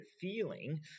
feeling